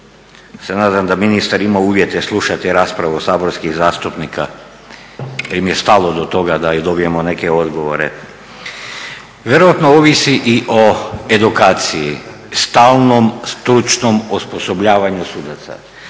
se nadam da ministar ima uvjete slušati raspravu saborskih zastupnika, jer im je stalo do toga da dobijemo i neke odgovore. Vjerojatno ovisi i o edukaciji, stalnom stručnom osposobljavanju sudaca.